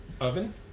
Oven